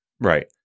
Right